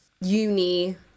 uni